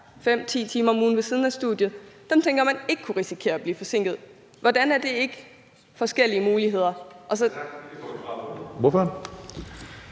5-10 timer om ugen ved siden af studiet, tænker man ikke kunne risikere at blive forsinket. Hvordan er det ikke forskellige muligheder?